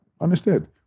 understood